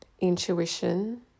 intuition